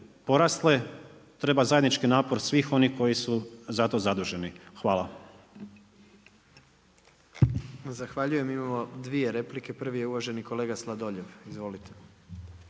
porasle treba zajednički napor svih onih koji su za to zaduženi. Hvala. **Jandroković, Gordan (HDZ)** Zahvaljujem. Imamo 2 replike, prvi je uvaženi kolega Sladoljev. Izvolite.